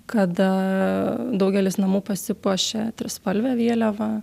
kada daugelis namų pasipuošia trispalve vėliava